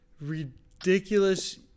ridiculous